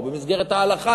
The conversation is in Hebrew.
או במסגרת ההלכה,